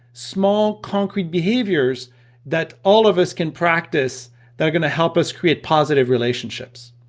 small concrete behaviors that all of us can practice that are gonna help us create positive relationships.